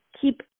keep